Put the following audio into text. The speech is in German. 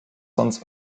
sonst